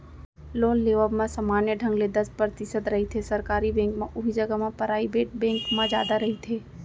loan लेवब म समान्य ढंग ले दस परतिसत रहिथे सरकारी बेंक म उहीं जघा पराइबेट बेंक म जादा रहिथे